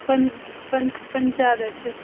पञ् पञ्च पञ्चादश